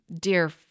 dear